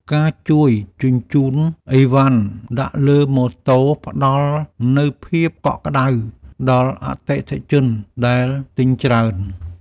ការជួយជញ្ជូនឥវ៉ាន់ដាក់លើម៉ូតូផ្ដល់នូវភាពកក់ក្ដៅដល់អតិថិជនដែលទិញច្រើន។